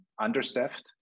understaffed